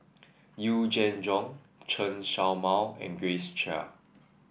Yee Jenn Jong Chen Show Mao and Grace Chia